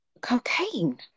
cocaine